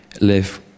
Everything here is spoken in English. live